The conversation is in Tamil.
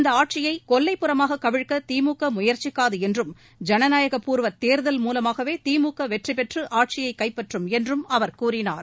இந்த ஆட்சியை கொல்லைப்புறமாக கவிழ்க்க திமுக முயற்சிக்காது என்றும் ஜனநாயகப்பூர்வத் தேர்தல் மூலமாகவே திமுக வெற்றி பெற்று ஆட்சியைக் கைப்பற்றும் என்றும் அவர் கூறினார்